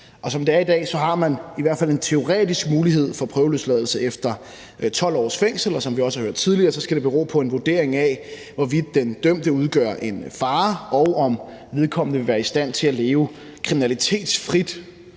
Som det er i dag, har man i hvert fald en teoretisk mulighed for prøveløsladelse efter 12 års fængsel, og som vi også har hørt tidligere, skal det bero på en vurdering af, hvorvidt den dømte udgør en fare, og om vedkommende vil være i stand til at leve kriminalitetsfrit